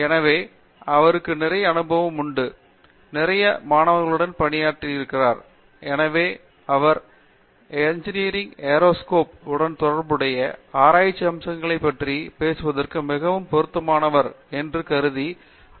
எனவே அவருக்கு நிறைய அனுபவம் உண்டு நிறைய மாணவர்களுடன் பணிபுரிகிறார் எனவே அவர் ஏரோஸ்பேஸ் இன்ஜினியரருடன் தொடர்புடைய ஆராய்ச்சி அம்சங்களைப் பற்றி பேசுவதற்கு மிகவும் பொருத்தமானவர் என்று கருதி பேராசிரியர் எஸ்